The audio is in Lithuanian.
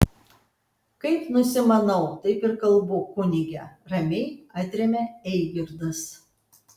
kaip nusimanau taip ir kalbu kunige ramiai atremia eigirdas